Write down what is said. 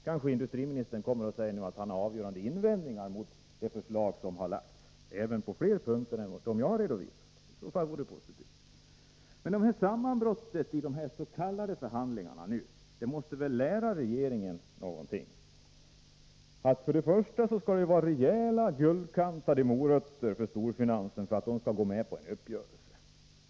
Kanske industriministern nu kommer att säga att han har avgörande invändningar mot det förslag som har framlagts, att han har invändningar även på andra punkter än dem jag har redovisat. Det vore i så fall positivt. Men sammanbrottet nu i de s.k. förhandlingarna måste väl lära regeringen någonting? För det första skall det vara rejäla guldkantade ”morötter” för storfinansen för att den skall gå med på en uppgörelse.